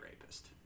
rapist